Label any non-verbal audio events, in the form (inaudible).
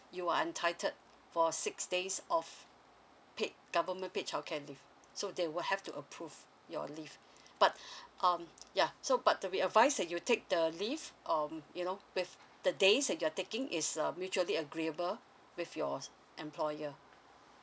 you are entitled for six days off paid government paid childcare leave so they will have to approve your leave but (breath) um ya so but uh we advise that you take the leave um you know with the days that you are taking is uh mutually agreeable with your employer